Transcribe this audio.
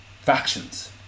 factions